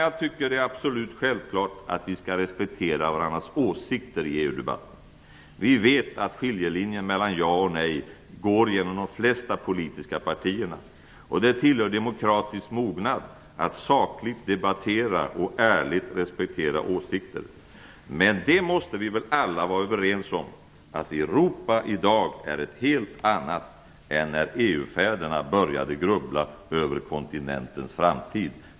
Jag tycker att det är en absolut självklarhet att vi skall respektera varandras åsikter i EU-debatten. Vi vet att skiljelinjen mellan ja och nej går genom de flesta politiska partier. Det tillhör demokratisk mognad att sakligt debattera och ärligt respektera åsikter. Men det måste vi väl alla vara överens om, att Europa i dag är ett helt annat än när EU-fäderna började grubbla över kontinentens framtid.